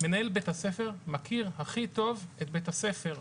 מנהל בית הספר מכיר הכי טוב את בית הספר,